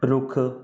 ਰੁੱਖ